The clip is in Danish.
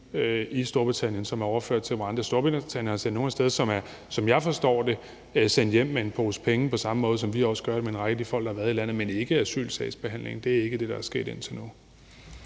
i Storbritannien, og som er overført til Rwanda. Storbritannien har sendt nogle af sted, som er, som jeg forstår det, sendt hjem med en pose penge på samme måde, som vi også gør det med en række af de folk, der har været i landet, men asylsagsbehandling er ikke det, der er sket indtil nu.